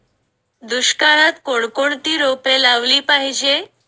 दुष्काळात कोणकोणती रोपे लावली पाहिजे?